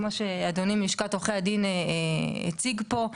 כמו שאדוני מלשכת עורכי הדין, הציג פה.